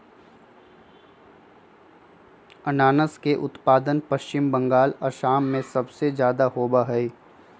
अनानस के उत्पादन पश्चिम बंगाल, असम में सबसे ज्यादा होबा हई